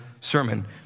sermon